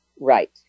right